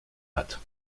hat